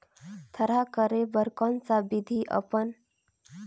थरहा करे बर कौन सा विधि अपन?